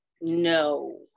No